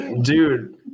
Dude